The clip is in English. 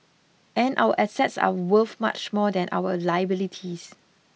and our assets are worth much more than our liabilities